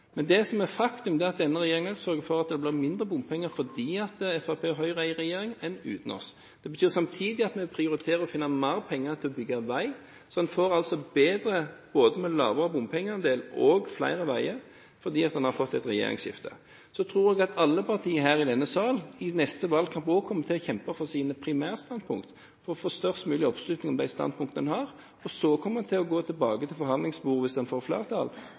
Det som er faktum, er at denne regjeringen sørger for at det blir mindre bompenger fordi Fremskrittspartiet og Høyre er i regjering, enn det ville vært uten disse partiene. Det betyr samtidig at vi prioriterer å finne mer penger til å bygge vei, så en får både lavere bompengeandel og flere veier fordi man har fått et regjeringsskifte. Så tror jeg at alle partier i denne sal i neste valgkamp kommer til å kjempe for sine primærstandpunkt og få størst mulig oppslutning om de standpunktene en har, for så å gå til forhandlingsbordet – hvis en får flertall